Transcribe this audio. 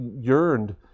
yearned